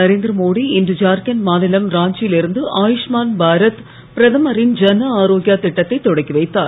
நரேந்திரமோடி இன்று ஜார்கண்ட் மாநிலம் ராஞ்சியில் இருந்து ஆயுஷ்மான் பாரத் பிரதமரின் ஜன ஆரோக்யா திட்டத்தை தொடக்கி வைத்தார்